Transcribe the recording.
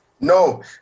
No